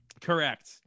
Correct